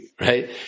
right